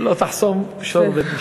לא תחסום שור בדישו.